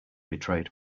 betrayed